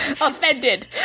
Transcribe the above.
Offended